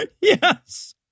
Yes